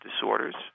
disorders